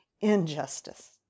injustice